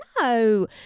no